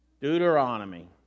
Deuteronomy